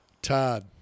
Todd